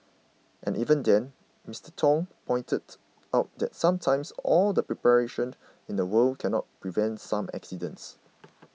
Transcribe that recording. and even then Mister Tong pointed out that sometimes all the preparation in the world cannot prevent some accidents